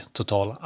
total